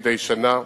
מדי שנה.